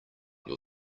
your